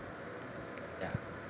ya